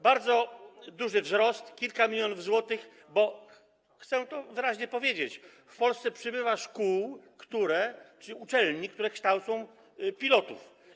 Bardzo duży wzrost, kilka milionów złotych, bo chcę to wyraźnie powiedzieć, że w Polsce przybywa szkół, uczelni, które kształcą pilotów.